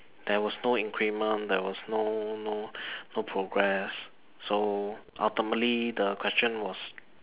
there was no increment there was no no no progress so ultimately the question was